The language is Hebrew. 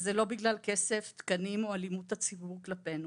וזה לא בגלל כסף, תקנים או אלימות הציבור כלפינו,